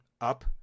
up